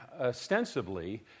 ostensibly